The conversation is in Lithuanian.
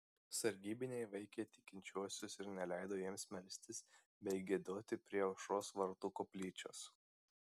sargybiniai vaikė tikinčiuosius ir neleido jiems melstis bei giedoti prie aušros vartų koplyčios